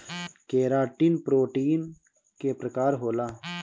keratin protein के प्रकार होला